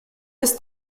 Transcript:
ist